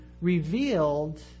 revealed